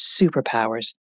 superpowers